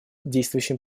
действующим